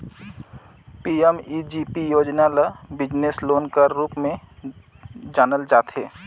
PMEGP योजना ल business loan कर रूप में जानल जाथे